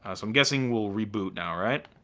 ah so i'm guessing we'll reboot now, right?